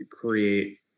create